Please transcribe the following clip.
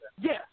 Yes